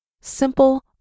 Simple